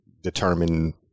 determine